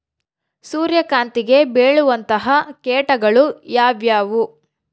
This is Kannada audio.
ಸೂರ್ಯಕಾಂತಿಗೆ ಬೇಳುವಂತಹ ಕೇಟಗಳು ಯಾವ್ಯಾವು?